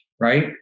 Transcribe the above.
right